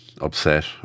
upset